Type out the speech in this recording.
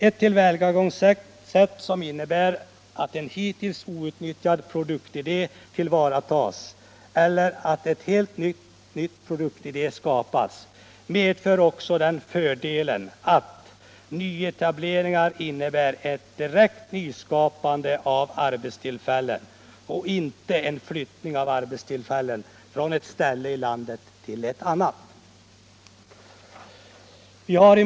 Ett tillvägagångssätt som innebär att en hittills outnyttjad produktidé tillvaratas eller att en helt ny produktidé skapas medför också fördelen att nyetableringen innebär ett direkt nyskapande av arbetstillfällen och inte en flyttning av arbetstillfällen från ett ställe i landet till ett annat.